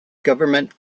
government